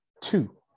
Two